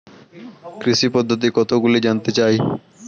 কৃষি পদ্ধতি কতগুলি জানতে চাই?